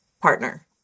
partner